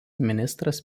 ministras